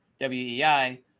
WEI